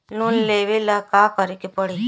Loan लेबे ला का करे के पड़ी?